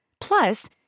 Plus